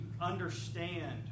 understand